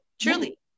Truly